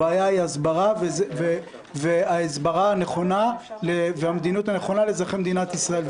הבעיה היא הסברה נכונה והמדיניות הנכונה לאזרחי מדינת ישראל.